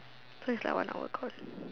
so it's like one hour call